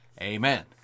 amen